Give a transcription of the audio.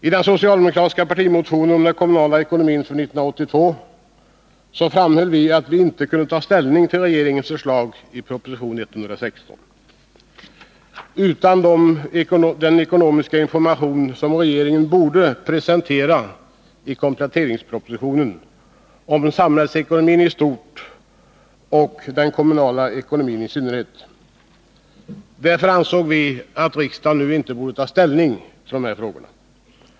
I den socialdemokratiska partimotionen om den kommunala ekonomin för 1982 framhöll vi att vi inte kunde ta ställning till regeringens förslag i proposition 116. Utan den ekonomiska information som regeringen borde presentera i kompletteringspropositionen om samhällsekonomin i stort — och om den kommunala ekonomin i synnerhet — borde riksdagen inte nu ta ställning till dessa frågor.